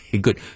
good